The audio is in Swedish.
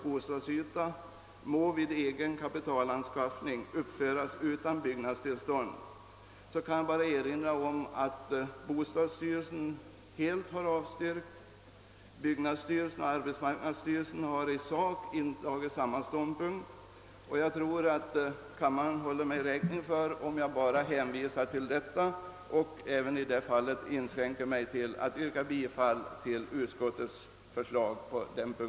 bostadsyta vid kapitalanskaffning på enskild väg skall få uppföras utan byggnadstillstånd, vill jag bara erinra om att bostadsstyrelsen helt avstyrkt förslaget och att byggnadsstyrelsen och arbetsmarknadsstyrelsen har i sak intagit samma ståndpunkt. Jag tror att kammaren håller mig räkning för att jag bara hänvisar till detta och även i det fallet inskränker mig till att därutöver yrka bifall till utskottets hemställan.